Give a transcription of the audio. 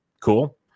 Cool